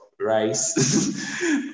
rice